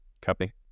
Copy